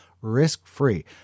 risk-free